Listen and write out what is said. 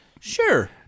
Sure